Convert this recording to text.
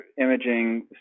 imaging